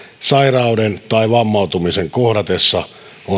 sairauden tai vammautumisen kohdatessa on